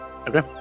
Okay